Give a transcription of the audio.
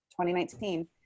2019